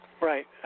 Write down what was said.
Right